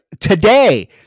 today